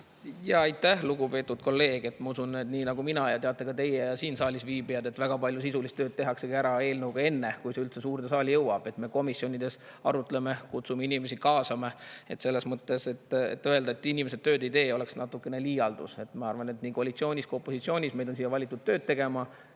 Aitäh, lugupeetud kolleeg! Ma usun, et nii nagu mina tean, teate ka teie ja siin saalis viibijad, et väga palju sisulist tööd tehaksegi eelnõuga ära enne, kui see üldse suurde saali jõuab. Me komisjonides arutleme, kutsume inimesi, kaasame. Selles mõttes öelda, et inimesed tööd ei tee, oleks natuke liialdus. Ma arvan, et meid nii koalitsioonis kui ka opositsioonis on siia valitud tööd tegema,